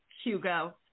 Hugo